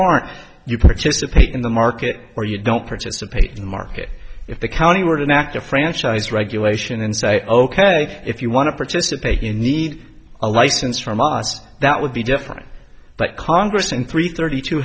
aren't you participate in the market or you don't participate in the market if the county were to act a franchise regulation and say ok if you want to participate you need a license from us that would be different but congress in three thirty two